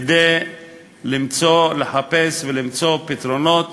כדי לחפש ולמצוא פתרונות,